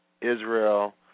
Israel